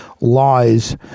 lies